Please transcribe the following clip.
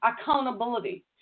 accountability